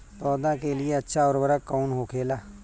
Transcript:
पौधा के लिए अच्छा उर्वरक कउन होखेला?